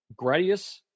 Gradius